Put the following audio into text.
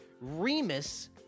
Remus